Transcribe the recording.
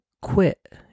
quit